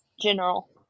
general